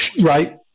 Right